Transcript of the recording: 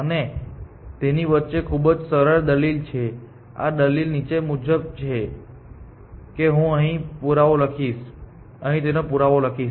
અને તેની વચ્ચે ખૂબ જ સરળ દલીલ છે આ દલીલ નીચે મુજબ છે કે હું અહીં તેનો પુરાવો લખીશ